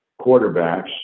quarterbacks